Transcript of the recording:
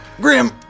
Grim